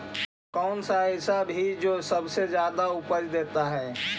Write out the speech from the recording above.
कौन सा ऐसा भी जो सबसे ज्यादा उपज देता है?